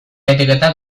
etiketak